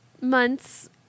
months